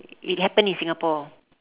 it happened in Singapore